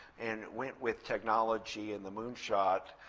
and went with technology and the moonshot.